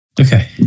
Okay